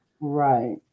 Right